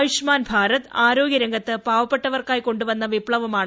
ആയുഷ്മാൻ ഭാരത് ആരോഗ്യര ംഗത്ത് പാവ്പപ്പെട്ടവർക്കായി കൊണ്ടു വന്ന വിപ്ളവമാണ്